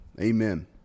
Amen